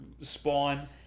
spawn